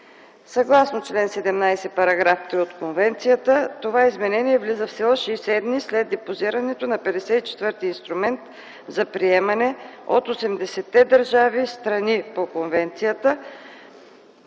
Съгласно чл. ХVІІ, § 3 от Конвенцията, това изменение влиза в сила 60 дни след депозирането на 5-ти инструмент за приемане от 80-те държави, страни по Конвенцията